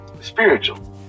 spiritual